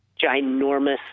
ginormous